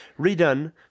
redone